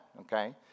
Okay